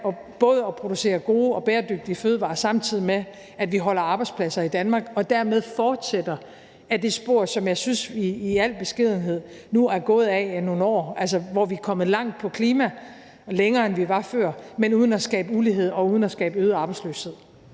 være at producere gode og bæredygtige fødevarer, samtidig med at vi beholder arbejdspladser i Danmark, og dermed fortsætte ad det spor, som jeg i al beskedenhed synes vi nu er gået ad nogle år. Vi er kommet langt på klimaområdet og længere, end vi var før, men uden at skabe ulighed og uden at skabe øget arbejdsløshed.